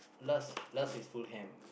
last last is Fulham